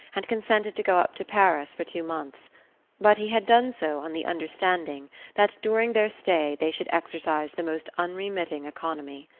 and consented to go up to paris for two months but he had done so on the understanding that during their stay they should exercise the most unremitting economy.